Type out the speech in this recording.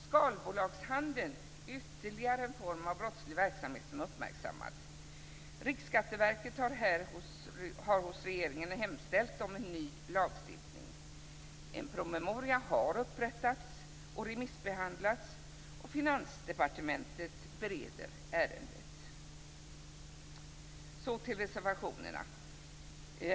Skalbolagshandeln är ytterligare en form av brottslig verksamhet som är uppmärksammad. Riksskatteverket har hos regeringen hemställt om en ny lagstiftning. En promemoria har upprättats och remissbehandlats, och Finansdepartementet bereder ärendet. Så går jag över till reservationerna.